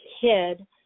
kid